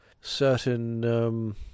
certain